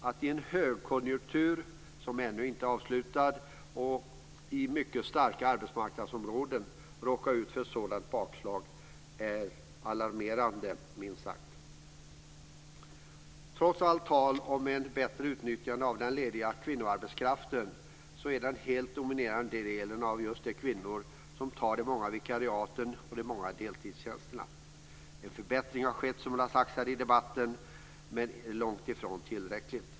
Att i en högkonjunktur som ännu inte är avslutad och i mycket starka arbetsmarknadsområden råka ut för ett sådant bakslag är minst sagt alarmerande. Trots allt tal om ett bättre utnyttjande av den lediga kvinnoarbetskraften så är den helt dominerande delen av de som tar de många vikariaten och de många deltidstjänsterna kvinnor. En förbättring har skett, som det har sagts här i debatten, men den är långt ifrån tillräcklig.